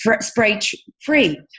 spray-free